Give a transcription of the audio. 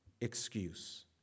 excuse